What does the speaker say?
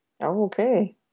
Okay